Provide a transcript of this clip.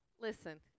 Listen